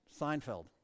Seinfeld